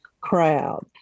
crowd